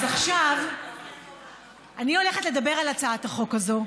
אז עכשיו אני הולכת לדבר על הצעת החוק הזו,